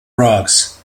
rugs